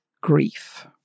grief